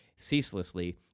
ceaselessly